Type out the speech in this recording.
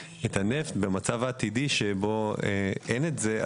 במצב העתידי אין את זה,